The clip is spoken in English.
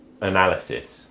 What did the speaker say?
analysis